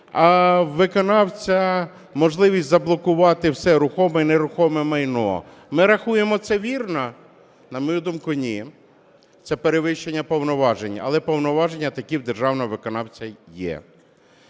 у виконавця можливість заблокувати все рухоме і нерухоме майно, ми рахуємо це вірно? На мою думку, ні. Це перевищення повноважень. Але повноваження такі в державного виконавця є.